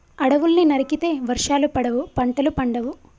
అడవుల్ని నరికితే వర్షాలు పడవు, పంటలు పండవు